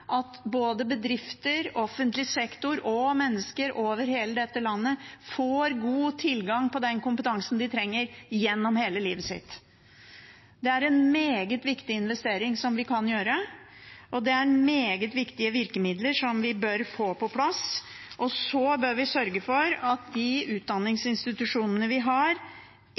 at både bedrifter, offentlig sektor og mennesker over hele landet får god tilgang på kompetansen de trenger gjennom hele livet. Det er en meget viktig investering vi kan gjøre, og det er meget viktige virkemidler som vi bør få på plass. Vi bør sørge for at de utdanningsinstitusjonene vi har,